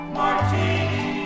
martini